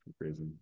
crazy